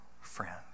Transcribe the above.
friend